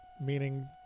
meaning